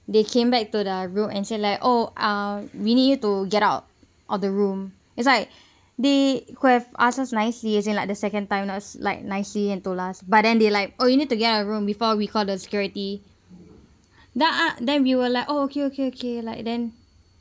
they came back to the room and said like oh uh we need you to get out of the room is like they could have asked us nicely as in like the second time not like nicely and told us but then they like oh you need to get out of room before we call the security that ah then we were like oh okay okay okay like then